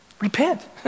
Repent